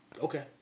Okay